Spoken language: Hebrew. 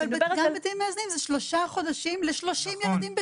אבל גם בתים מאזנים זה שלושה חודשים ל-30 ילדים בשנה.